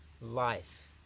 life